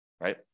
right